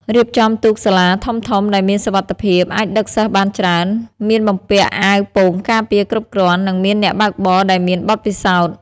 រៀបចំទូកសាលាធំៗដែលមានសុវត្ថិភាព អាចដឹកសិស្សបានច្រើន មានបំពាក់អាវពោងការពារគ្រប់គ្រាន់ និងមានអ្នកបើកបរដែលមានបទពិសោធន៍។